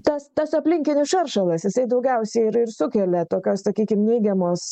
tas tas aplinkinis šaršalas jisai daugiausiai ir ir sukelia tokios sakykim neigiamos